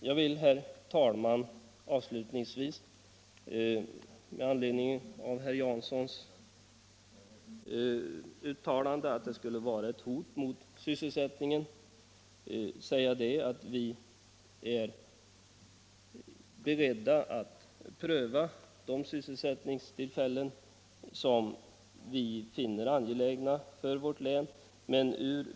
Med anledning av herr Janssons uttalande att vårt ställningstagande i denna fråga skulle vara ett hot mot sysselsättningen vill jag säga att vi är beredda att pröva alla förslag till sysselsättningstillfällen som vi finner angelägna för vårt län.